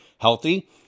healthy